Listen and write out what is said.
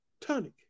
tonic